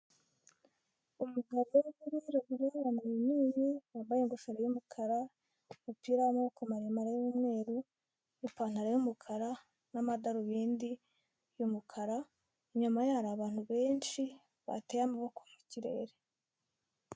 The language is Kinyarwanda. Umugabo umugore ufite urubura uru umuntuini wambaye ingofero y'umukaraumupira wmaboko maremare y'umweru nipantaro y'umukara n'amadarubindi y'umukara inyuma hari abantu benshi bateye amaboko mu kirere.